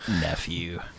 nephew